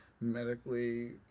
medically